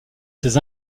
ses